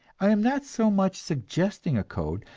i am not so much suggesting a code,